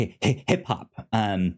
hip-hop